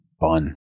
fun